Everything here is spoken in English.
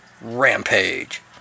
Rampage